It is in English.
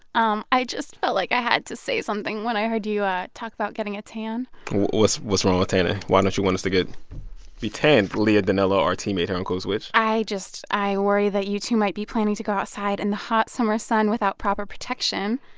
um i just felt like i had to say something when i heard you you talk about getting a tan what's what's wrong with tanning? why don't you want us to get be tanned, leah donnella, our teammate here on code switch? i just i worry that you two might be planning to go outside in the hot summer sun without proper protection.